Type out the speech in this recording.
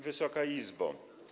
Wysoka Izbo!